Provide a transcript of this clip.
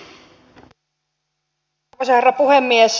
arvoisa herra puhemies